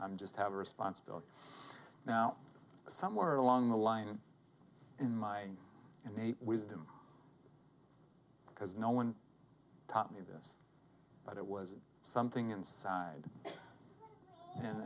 i'm just have a responsibility now somewhere along the line and in my innate wisdom because no one taught me this but it was something inside and